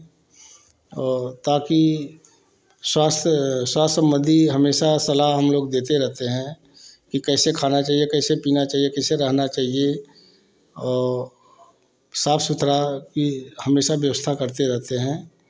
और ताकि स्वास्थ स्वास्थ संबंधी हमेशा सलाह हम लोग देते रहते हैं कि कैसे खाना चाहिए कैसे पीना चाहिए कैसे रहना चाहिए और साफ़ सुथरा की हमेशा व्यवस्था करते रहते हैं